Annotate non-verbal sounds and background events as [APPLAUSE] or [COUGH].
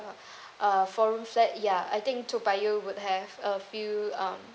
[BREATH] uh four room flat ya I think toa payoh would have a few um